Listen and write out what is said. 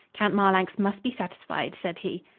count marlanx must be satisfied, said he.